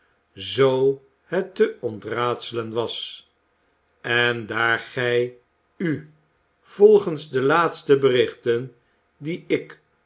zoo het te ontraadselen was en daar gij u volgens de laatste berichten die ik